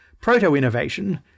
proto-innovation